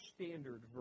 Standard